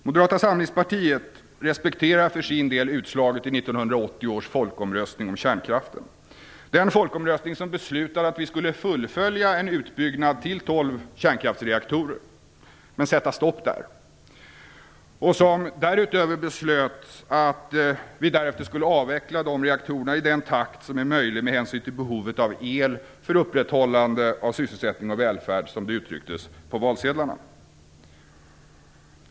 Moderata samlingspartiet respekterar för sin del utslaget i 1980 års folkomröstning om kärnkraften - den folkomröstning som beslutade att vi skulle fullfölja en utbyggnad till 12 kärnkraftsreaktorer men sätta stopp där och som därutöver beslöt att vi därefter skulle avveckla de reaktorerna i den takt som är möjlig med hänsyn till behovet av el för upprätthållande av sysselsättning och välfärd, som det uttrycktes på valsedlarna.